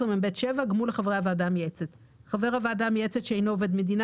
14מב7גמול לחברי הוועדה המייעצת חבר הוועדה המייעצת שאינו עובד המדינה,